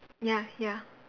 ya ya